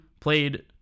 played